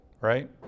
right